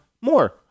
more